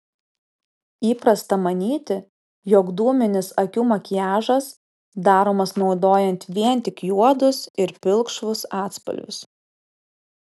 įprasta manyti jog dūminis akių makiažas daromas naudojant vien tik juodus ir pilkšvus atspalvius